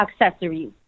accessories